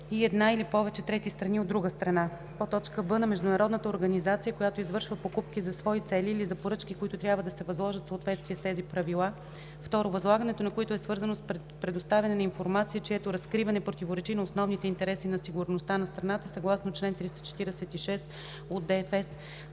и една или повече трети страни – от друга страна; б) на международна организация, която извършва покупки за свои цели или за поръчки, които трябва да се възложат в съответствие с тези правила; 2. възлагането на които е свързано с предоставяне на информация, чието разкриване противоречи на основните интереси на сигурността на страната, съгласно чл. 346 от ДФЕС;